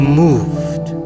moved